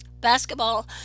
basketball